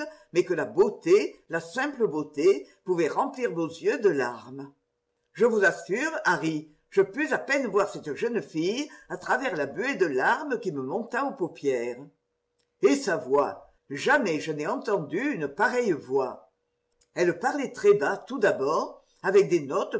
mais que la beauté la simple beauté pouvait remplir vos yeux de larmes je vous assure harry je pus à peine voir cette jeune fille à travers la buée de larmes qui me monta aux paupières et sa voix jamais je n'ai entendu une pareille voix elle parlait très bas tout d'abord avec des notes